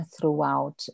throughout